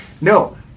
No